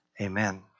Amen